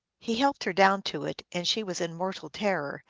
he helped her down to it, and she was in mortal terror,